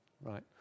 Right